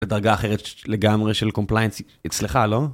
לדרגה אחרת לגמרי של קומפליינס אצלך, לא?